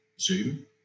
Zoom